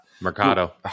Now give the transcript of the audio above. Mercado